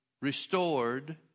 restored